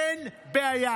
אין בעיה.